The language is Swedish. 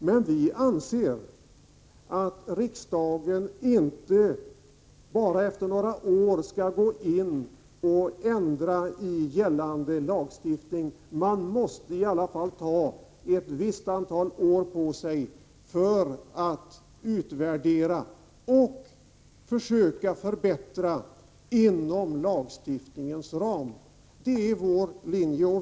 Men vi anser att riksdagen inte efter bara några år skall ändra i gällande lagstiftning. Man måste i alla fall ta ett visst antal år på sig för att utvärdera och försöka förbättra inom lagstiftningens ram. Det är vår linje.